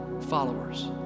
followers